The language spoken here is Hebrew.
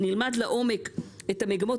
נלמד לעומק את המגמות,